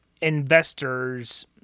investors